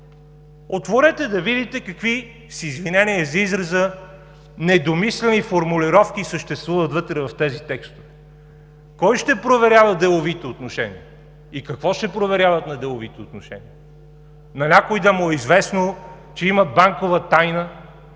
Отворете да видите какви, с извинение за израза, недомислени формулировки съществуват вътре в тези текстове. Кой ще проверява деловите отношения и какво ще проверяват на деловите отношения? На някой да му е известно, че има банкова тайна,